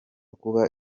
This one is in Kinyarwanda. kuba